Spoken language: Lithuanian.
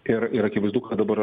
ir ir akivaizdu kad dabar